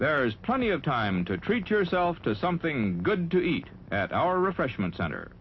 there is plenty of time to treat yourself to something good to eat at our refreshment center